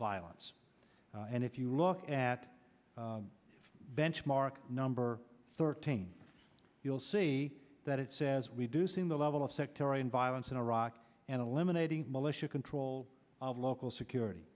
violence and if you look at benchmark number thirteen you'll see that it says we do see in the level of sectarian violence in iraq and eliminating militia control of local security